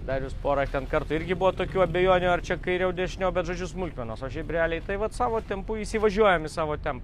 darius porą kartų irgi buvo tokių abejonių ar čia kairiau dešiniau bet žodžiu smulkmenos o šiaip realiai tai vat savo tempu įsivažiuojam į savo temp